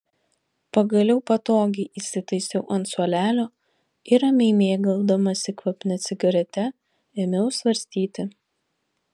pagaliau patogiai įsitaisiau ant suolelio ir ramiai mėgaudamasi kvapnia cigarete ėmiau svarstyti